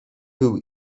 był